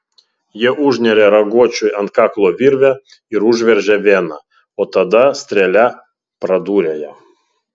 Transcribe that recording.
jie užneria raguočiui ant kaklo virvę ir užveržia veną o tada strėle praduria ją